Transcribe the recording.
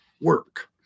work